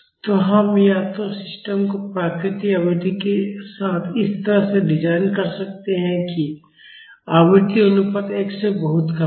तो हम या तो सिस्टम को प्राकृतिक आवृत्ति के साथ इस तरह से डिज़ाइन कर सकते हैं कि आवृत्ति अनुपात 1 से बहुत कम है